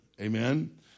Amen